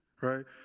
right